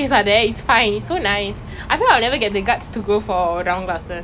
!wah! did you did you know I recently change my specs